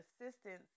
assistance